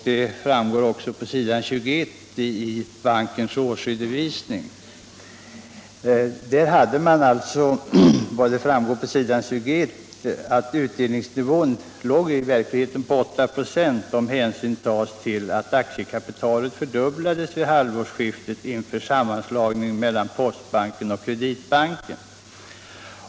Det framgår likaså — på s. 21 i bankens årsredovisning — att utdelningsnivån i verkligheten låg på 8 96, om hänsyn tas till att aktiekapitalet fördubblades vid halvårsskiftet inför sammanslagningen mellan Postbanken och Kreditbanken.